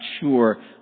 sure